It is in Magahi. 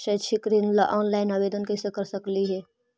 शैक्षिक ऋण ला ऑनलाइन आवेदन कैसे कर सकली हे?